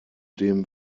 dem